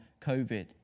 COVID